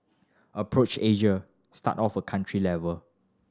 approach Asia start off at country level